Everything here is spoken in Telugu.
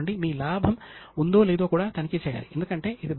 9 శాతంగా ఉంది 1000 వ సంవత్సరం లో ఇది 28